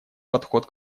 подход